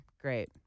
Great